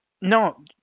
no